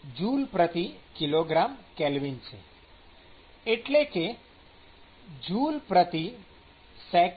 K છે એટલે કે જૂલસેકંડ